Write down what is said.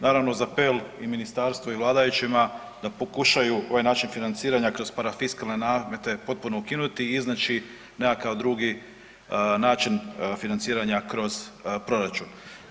Naravno uz apel i ministarstvo i vladajućima da pokušaju ovaj način financiranja kroz parafiskalne namete potpuno ukinuti i iznaći nekakav drugi način financiranja kroz proračun.